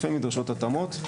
לפעמים נדרשות התאמות.